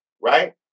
Right